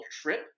trip